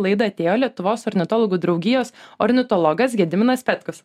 laidą atėjo lietuvos ornitologų draugijos ornitologas gediminas petkus